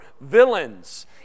villains